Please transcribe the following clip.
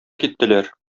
киттеләр